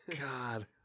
God